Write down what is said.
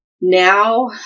now